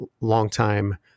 longtime